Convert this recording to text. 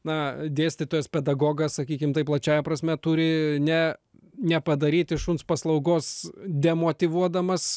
na dėstytojas pedagogas sakykim plačiąja prasme turi ne nepadaryti šuns paslaugos demotyvuodamas